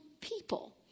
people